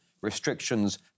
restrictions